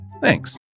Thanks